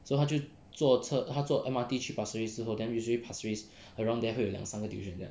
so 他就坐车他坐 M_R_T 去 pasir ris 之后 then usually pasir ris around there 会有 like 两三个 tuition 这样